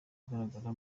agaragara